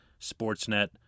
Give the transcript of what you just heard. Sportsnet